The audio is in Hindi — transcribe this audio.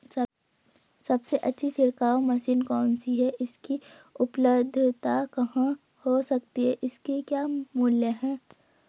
सबसे अच्छी छिड़काव मशीन कौन सी है इसकी उपलधता कहाँ हो सकती है इसके क्या मूल्य हैं?